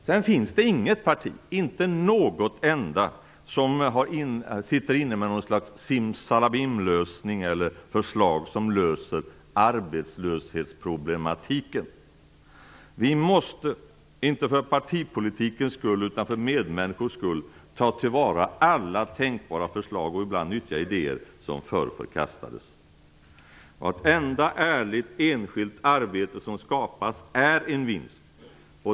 Det finns inte något enda parti som sitter inne med någon simsalabimlösning för arbetslöshetsproblematiken. Vi måste, inte för partipolitikens skull utan för medmänniskors skull, ta till vara alla tänkbara förslag och ibland nyttja idéer som förr förkastades. Vartenda ärligt, enskilt arbete som skapas är en vinst.